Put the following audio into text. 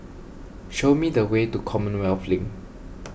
show me the way to Commonwealth Link